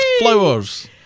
flowers